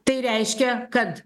tai reiškia kad